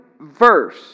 verse